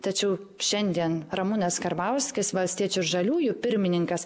tačiau šiandien ramūnas karbauskis valstiečių žaliųjų pirmininkas